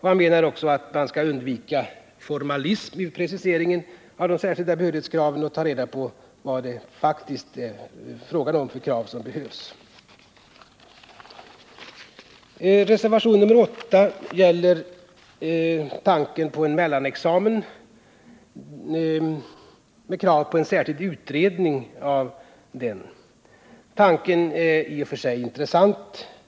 Han anser också att man skall undvika formalism vid preciseringen av de särskilda behörighetskraven och att man skall ta reda på vilka krav som faktiskt behöver ställas. I reservationen 8 ställs krav på en särskild utredning av frågan om en mellanexamen. Tanken är i och för sig intressant.